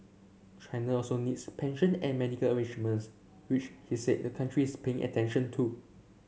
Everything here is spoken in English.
China also needs pension and medical arrangements which he said the country is paying attention to